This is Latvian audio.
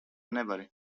nevari